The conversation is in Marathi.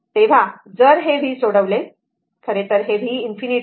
तेव्हा जर हे v सोडवले खरेतर हे v ∞ आहे